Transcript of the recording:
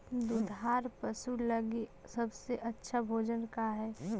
दुधार पशु लगीं सबसे अच्छा भोजन का हई?